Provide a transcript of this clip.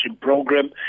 program